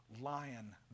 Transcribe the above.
lion